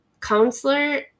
counselor